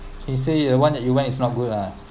he say the one that you went is not good ah